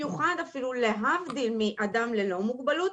להבדיל מאדם ללא מוגבלות,